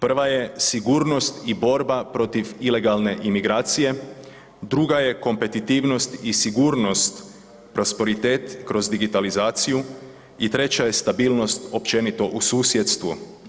Prva je sigurnost i borba protiv ilegalne imigracije, druga je kompetitivnost i sigurnost, prosperitet kroz digitalizaciju i treća je stabilnost općenito u susjedstvu.